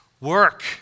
work